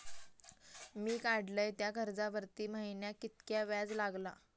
मी काडलय त्या कर्जावरती महिन्याक कीतक्या व्याज लागला?